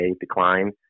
decline